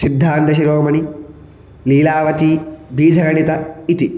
सिद्धान्तशिरोमणि लीलावति बीजगणितम् इति